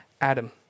Adam